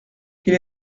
quel